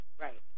right